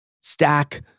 stack